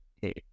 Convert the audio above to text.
hey